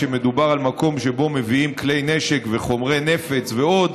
כשמדובר על מקום שאליו מביאים כלי נשק וחומרי נפץ ועוד,